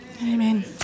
Amen